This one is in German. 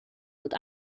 und